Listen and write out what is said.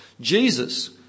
Jesus